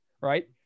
Right